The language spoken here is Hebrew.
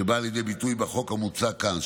שבאה לידי ביטוי בחוק המוצע כאן,